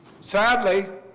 sadly